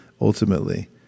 ultimately